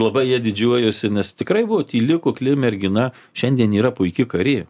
labai ja didžiuojuosi nes tikrai buvo tyli kukli mergina šiandien yra puiki karė